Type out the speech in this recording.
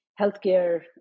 healthcare